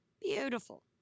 Beautiful